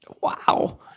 wow